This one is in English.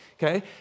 Okay